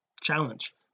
challenge